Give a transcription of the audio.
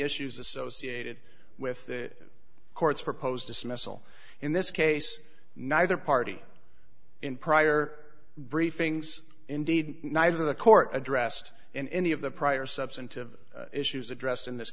issues associated with the court's proposed dismissal in this case neither party in prior briefings indeed neither of the court addressed in any of the prior substantive issues addressed in this